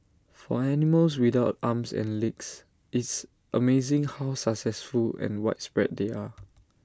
for animals without arms and legs it's amazing how successful and widespread they are